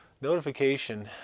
notification